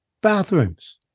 bathrooms